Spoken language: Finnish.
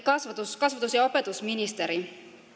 kasvatus kasvatus ja opetusministeri